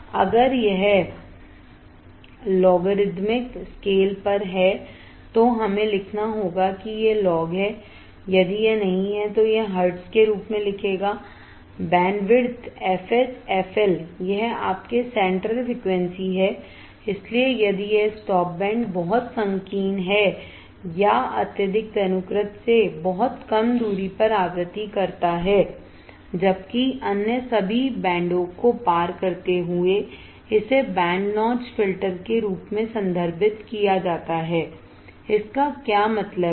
अगर यह logarithmic scale पर है तो हमें लिखना होगा कि यह लॉग है यदि यह नहीं है तो यह हर्ट्ज के रूप में लिखेगा बैंडविड्थ fH fL यह आपके सेंट्रल फ्रीक्वेंसी है इसलिए यदि यह स्टॉप बैंड बहुत संकीर्ण है या अत्यधिक तनुकृत से बहुत कम दूरी पर आवृत्ति करता है जबकि अन्य सभी बैंडों को पार करते हुए इसे बैंड नॉच फ़िल्टर के रूप में संदर्भित किया जाता है इसका क्या मतलब है